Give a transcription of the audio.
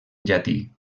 llatí